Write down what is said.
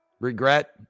regret